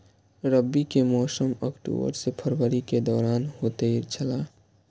रबी के मौसम अक्टूबर से फरवरी के दौरान होतय छला